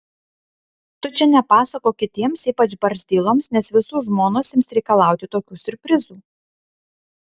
tu čia nepasakok kitiems ypač barzdyloms nes visų žmonos ims reikalauti tokių siurprizų